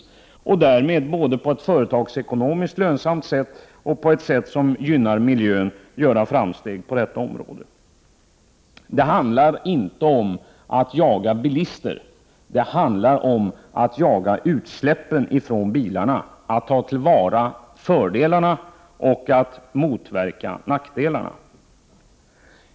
På det området skulle det kunna göras framsteg på ett företagsekonomiskt lönsamt sätt och så att miljön gynnas. Det handlar inte om att jaga bilister, det handlar om att jaga utsläppen från bilarna, att ta till vara fördelarna och att motverka nackdelarna.